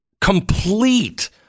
complete